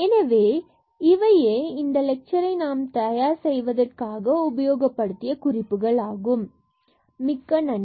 எனவே இவை இந்த லெக்சரை தயார் செய்வதற்காக உபயோகப்படுத்திய குறிப்புகள் ஆகும் மிக்க நன்றி